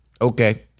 Okay